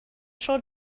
tro